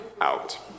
out